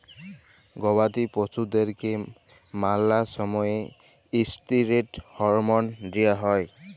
গবাদি পশুদ্যারকে ম্যালা সময়ে ইসটিরেড হরমল দিঁয়া হয়